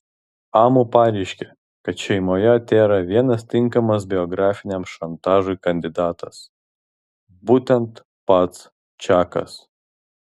amu pareiškė kad šeimoje tėra vienas tinkamas biografiniam šantažui kandidatas būtent pats čakas